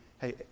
Hey